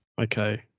Okay